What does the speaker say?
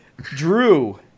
Drew